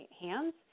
hands